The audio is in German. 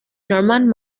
norman